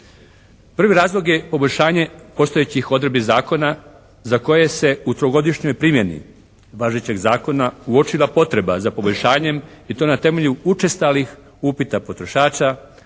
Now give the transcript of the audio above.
Prvi razlog je poboljšanje postojećih odredbi zakona za koje se u trogodišnjoj primjeni važećeg zakona uočila potreba za poboljšanjem i to na temelju učestalih upita potrošača,